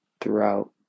throughout